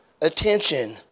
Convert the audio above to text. attention